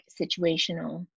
situational